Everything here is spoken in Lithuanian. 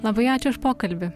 labai ačiū už pokalbį